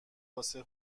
واسه